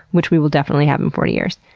which we will definitely have in forty years.